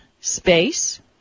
space